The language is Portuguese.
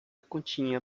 continha